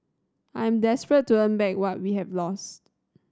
I'm desperate to earn back what we have lose